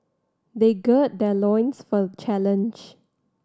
they gird their loins for the challenge